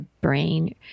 brain